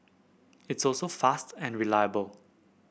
it's also fast and reliable